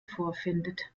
vorfindet